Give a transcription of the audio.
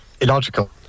illogical